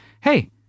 hey